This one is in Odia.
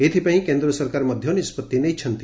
ଏଥିପାଇଁ କେନ୍ଦ୍ର ସରକାର ମଧ ନିଷ୍ବଭି ନେଇଛନ୍ତି